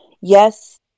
Yes